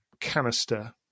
canister